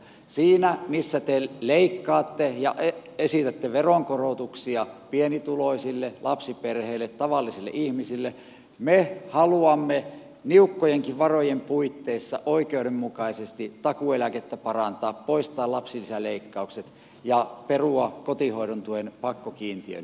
siinä missä te leikkaatte ja esitätte veronkorotuksia pienituloisille lapsiperheille tavallisille ihmisille me haluamme niukkojenkin varojen puitteissa oikeudenmukaisesti takuueläkettä parantaa poistaa lapsilisäleikkaukset ja perua kotihoidon tuen pakkokiintiöinnin